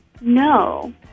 No